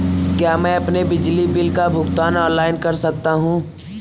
क्या मैं अपने बिजली बिल का भुगतान ऑनलाइन कर सकता हूँ?